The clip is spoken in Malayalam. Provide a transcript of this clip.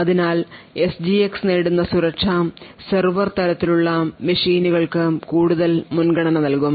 അതിനാൽ എസ്ജിഎക്സ് നേടുന്ന സുരക്ഷ സെർവർ തരത്തിലുള്ള മെഷീനുകൾക്ക് കൂടുതൽ മുൻഗണന നൽകും